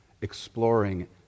exploring